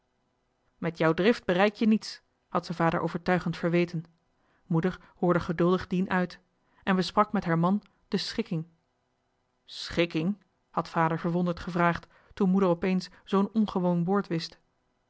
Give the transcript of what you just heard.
met jou drift bereik je niks had ze vader overtuigend verweten moeder hoorde geduldig dien uit en besprak met haar man de schikking schikking had vader verwonderd gevraagd toen moeder opeens zoo'n ongewoon woord wist